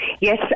Yes